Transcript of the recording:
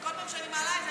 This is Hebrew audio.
וכל פעם שאני מעלה את זה,